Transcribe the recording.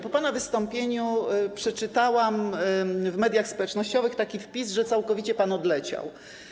Po pana wystąpieniu przeczytałam w mediach społecznościowych taki wpis, że pan całkowicie odleciał.